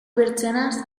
bertzenaz